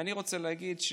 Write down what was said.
אני רוצה להגיד: